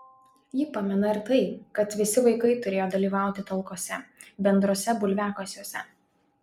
ji pamena ir tai kad visi vaikai turėjo dalyvauti talkose bendruose bulviakasiuose